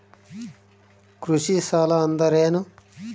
ಕೃಷಿ ಸಾಲ ಅಂದರೇನು?